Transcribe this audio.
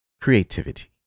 creativity